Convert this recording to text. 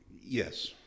yes